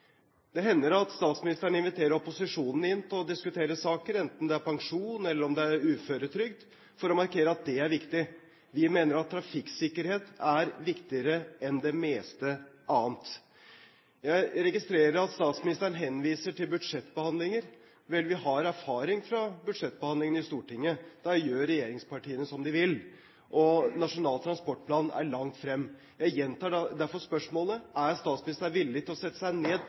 Det hender at statsministeren inviterer opposisjonen inn for å diskutere saker, enten det er pensjon eller uføretrygd, for å markere at det er viktig. Vi mener at trafikksikkerhet er viktigere enn det meste annet. Jeg registrerer at statsministeren henviser til budsjettbehandlinger. Vel, vi har erfaring fra budsjettbehandlingene i Stortinget. Da gjør regjeringspartiene som de vil. Nasjonal transportplan er langt frem. Jeg gjentar derfor spørsmålet: Er statsministeren villig til å sette seg ned